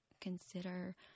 consider